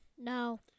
No